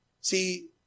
See